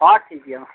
ᱦᱚᱸ ᱴᱷᱤᱠ ᱜᱮᱭᱟ ᱢᱟ